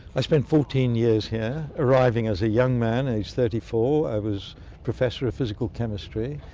i spent fourteen years here, arriving as a young man aged thirty four, i was professor of physical chemistry,